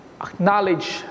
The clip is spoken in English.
Acknowledge